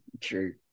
True